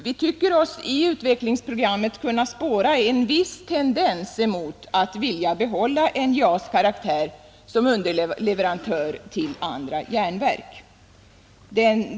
Vi tycker oss i utvecklingsprogrammet kunna spåra en viss tendens mot att vilja behålla NJA :s karaktär av underleverantör till andra järnverk.